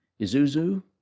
Isuzu